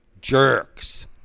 jerks